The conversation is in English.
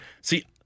see